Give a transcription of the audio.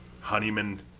Honeyman